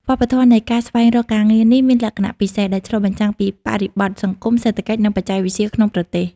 វប្បធម៌នៃការស្វែងរកការងារនេះមានលក្ខណៈពិសេស ដែលឆ្លុះបញ្ចាំងពីបរិបទសង្គម សេដ្ឋកិច្ច និងបច្ចេកវិទ្យាក្នុងប្រទេស។